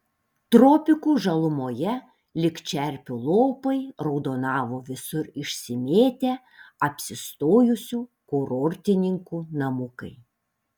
tropikų žalumoje lyg čerpių lopai raudonavo visur išsimėtę apsistojusių kurortininkų namukai